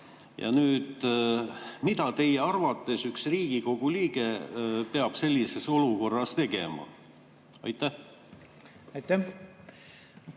Mida nüüd teie arvates üks Riigikogu liige peab sellises olukorras tegema? Aitäh! Ma